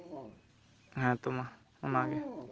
ᱦᱮᱸᱛᱚ ᱢᱟ ᱚᱱᱟᱜᱮ